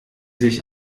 sich